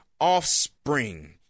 offspring